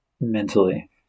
mentally